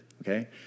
okay